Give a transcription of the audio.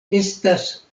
estas